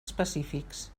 específics